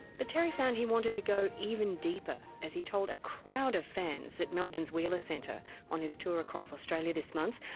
but terry found he wanted to go even deeper, as he told a crowd of fans at melbourne's wheeler centre on his tour across australia this month.